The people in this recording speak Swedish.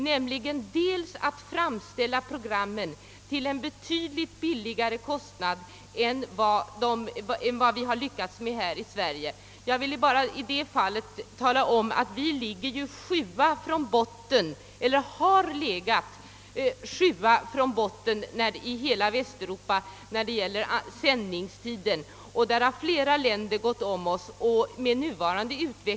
De har lyckats framställa program till betydligt lägre kostnad än vi kunnat göra här i Sverige. Vi har också legat sjua från botten i hela Västeuropa när det gäller sändningstider, och flera länder har nu gått förbi oss.